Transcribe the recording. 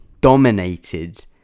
dominated